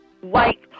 white